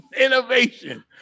Innovation